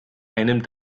einem